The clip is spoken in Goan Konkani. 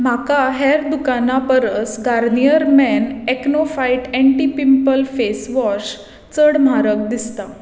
म्हाका हेर दुकानां परस Garnier men acno fight anti pimple face wash चड म्हारग दिसता